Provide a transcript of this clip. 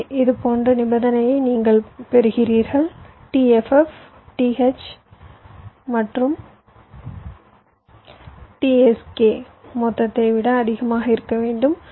எனவே இது போன்ற நிபந்தனையை நீங்கள் பெறுகிறீர்கள் t ff t h மற்றும் t sk மொத்தத்தை விட அதிகமாக இருக்க வேண்டும்